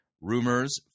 Rumors